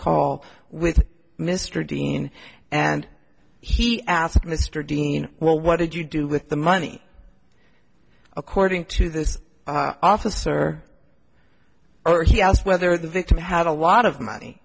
call with mr dean and he asked mr dean well what did you do with the money according to this officer or he asked whether the victim had a lot of money